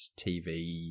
TV